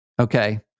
Okay